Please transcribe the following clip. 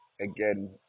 again